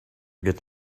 get